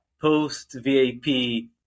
post-VAP